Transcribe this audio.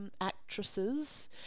Actresses